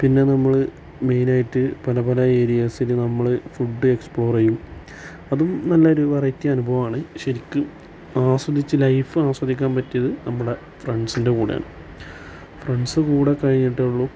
പിന്നെ നമ്മൾ മെയിനായിട്ട് പല പല ഏരിയാസ്സിൽ നമ്മൾ ഫുഡ് എക്സ്പ്ലോർ ചെയ്യും അതും നല്ലൊരു വെറൈറ്റി അനുഭവമാണ് ശരിക്കും ആസ്വദിച്ച് ലൈഫ് ആസ്വദിക്കാൻ പറ്റിയത് നമ്മുടെ ഫ്രണ്ട്സിൻ്റെ കൂടെയാണ് ഫ്രണ്ട്സ് കൂടെ കഴിഞ്ഞിട്ടുള്ളൂ